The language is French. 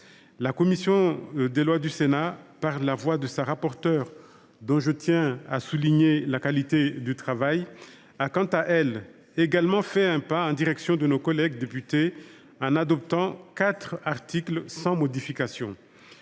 La commission des lois du Sénat, par la voix de sa rapporteure, dont je tiens à souligner le travail de qualité, a quant à elle également fait un pas en direction de nos collègues députés en adoptant quatre articles sans modification.